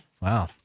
Wow